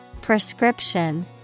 Prescription